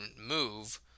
move